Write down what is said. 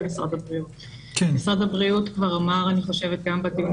משרד הבריאות כבר אמר אני חושבת גם בדיון